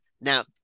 now